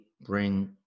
bring